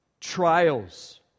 trials